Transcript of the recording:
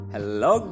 Hello